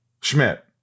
Schmidt